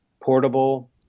portable